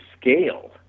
scale